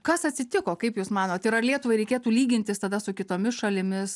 kas atsitiko kaip jūs manot ir ar lietuvai reikėtų lygintis tada su kitomis šalimis